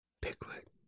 Piglet